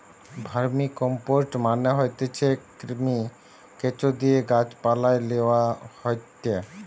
vermicompost মানে হতিছে কৃমি, কেঁচোদিয়ে গাছ পালায় লেওয়া হয়টে